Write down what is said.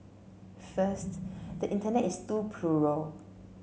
first the Internet is too plural